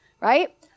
right